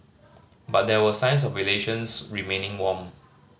but there were signs of relations remaining warm